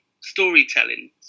storytelling